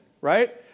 right